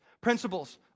Principles